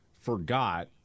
forgot